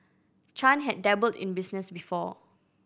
chan had dabbled in business before